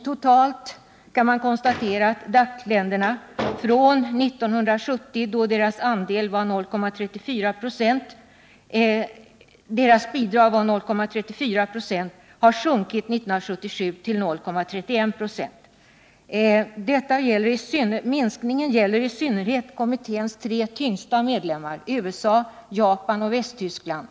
Man kan konstatera att bidragen, från alla länder sammantaget som 1970 utgjorde 0,34 96, 1977 har sjunkit till 0,31 96. Minskningen gäller i synnerhet kommitténs tre tyngsta medlemmar, USA, Japan och Västtyskland.